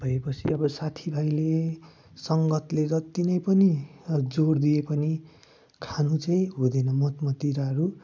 भएपछि अब साथी भाइले सङ्गतले जति नै पनि जोड दिए पनि खानु चाहिँ हुँदैन मद मदिराहरू